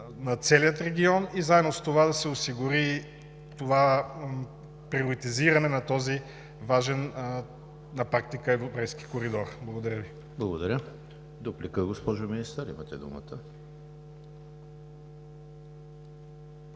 над целия регион и заедно с това да се осигури това приоритизиране на този важен на практика европейски коридор. Благодаря Ви. ПРЕДСЕДАТЕЛ ЕМИЛ ХРИСТОВ: Благодаря. Дуплика – госпожо Министър, имате думата.